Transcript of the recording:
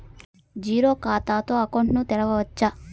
Zero ఖాతా తో account ను తెరవచ్చా?